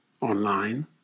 online